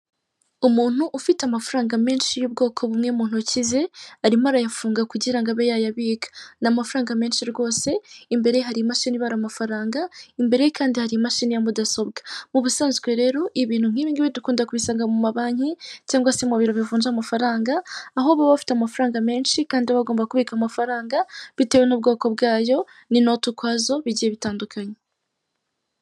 Umuntu ufite amafaranga menshi y'ubwoko bumwe mu ntoki ze arimo arayafunga kugirango abe yayabika, n'faranga menshi rwose imbere hari imashini ibara amafaranga imbere ye kandi hari imashini ya mudasobwa, mu busanzwe rero ibintu nk'ibyo dukunda kubisanga mu mabanki cyangwa se mu biro bivunja amafaranga aho baba bafite amafaranga menshi kandi bagomba kubika amafaranga bitewe n'ubwoko bwayo intoti ukwazo bigiye bitandukanye.